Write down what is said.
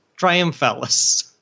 Triumphalis